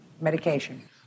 medication